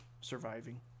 surviving